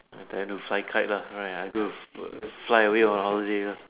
I plan to fly kite lah right I go fly away on holiday lah